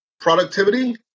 productivity